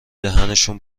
دهنشون